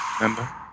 remember